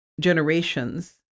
generations